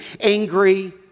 angry